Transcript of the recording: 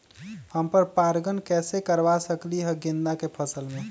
हम पर पारगन कैसे करवा सकली ह गेंदा के फसल में?